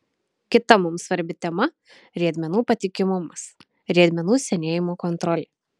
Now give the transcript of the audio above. kita mums svarbi tema riedmenų patikimumas riedmenų senėjimo kontrolė